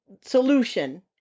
solution